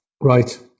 Right